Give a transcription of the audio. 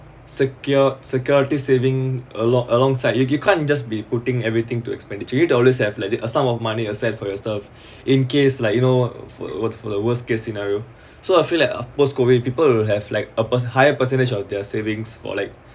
secure security saving along alongside you you can't you just be putting everything to expenditure you to always have like that a sum of money except for your stuff in case like you know for what for the worst case scenario so I feel like a post COVID people will have like a higher percentage of their savings for like